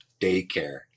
daycare